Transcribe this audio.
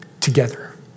together